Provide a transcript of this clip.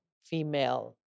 female